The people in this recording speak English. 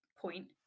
point